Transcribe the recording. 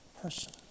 person